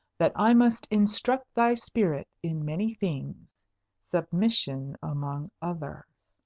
that i must instruct thy spirit in many things submission, among others.